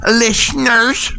listeners